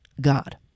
god